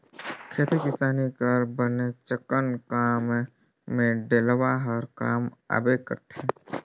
खेती किसानी कर बनेचकन काम मे डेलवा हर काम आबे करथे